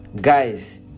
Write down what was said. guys